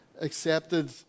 accepted